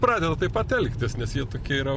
pradeda taip pat elgtis nes jie tokie yra